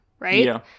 right